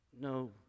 no